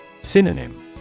Synonym